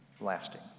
lasting